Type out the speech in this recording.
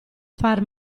far